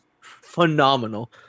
phenomenal